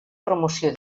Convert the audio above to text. promoció